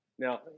Now